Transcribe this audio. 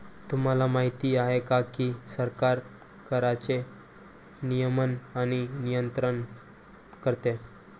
तुम्हाला माहिती आहे का की सरकार कराचे नियमन आणि नियंत्रण करते